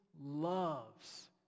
loves